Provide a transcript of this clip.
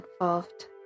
involved